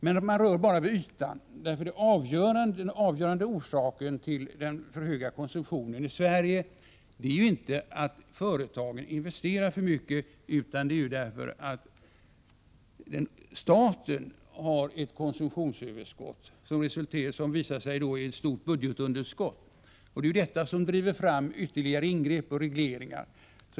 Men man rör bara vid ytan, för den avgörande orsaken till den för höga konsumtionen i Sverige är ju inte att företagen investerar för mycket utan att staten har ett konsumtionsöverskott, som visar sig i ett stort budgetunderskott. Det är detta som driver fram ytterligare ingrepp och regleringar.